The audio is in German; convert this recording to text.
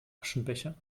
aschenbecher